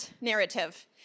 narrative